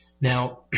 Now